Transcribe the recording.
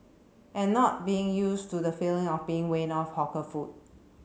and not being used to the feeling of being weaned off hawker food